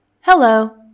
Hello